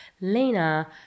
Lena